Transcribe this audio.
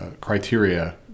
criteria